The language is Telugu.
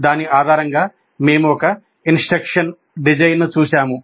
దాని ఆధారంగా మేము ఒక ఇన్స్ట్రక్షన్ డిజైన్ను చూశాము